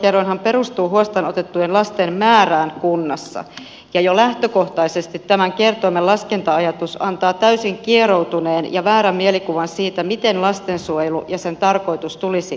lastensuojelukerroinhan perustuu huostaan otettujen lasten määrään kunnassa ja jo lähtökohtaisesti tämän kertoimen laskenta ajatus antaa täysin kieroutuneen ja väärän mielikuvan siitä miten lastensuojelu ja sen tarkoitus tulisi ymmärtää